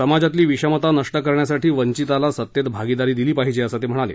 समाजातली विषमता नष्ट करण्यासाठी वंचिताला सत्तेत भागीदारी दिली पाहिजे असं ते म्हणाले